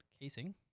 casing